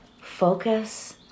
focus